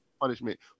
punishment